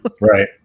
Right